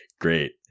great